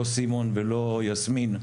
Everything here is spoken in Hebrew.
לא סימון ולא יסמין,